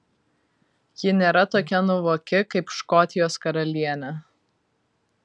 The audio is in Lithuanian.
ji nėra tokia nuovoki kaip škotijos karalienė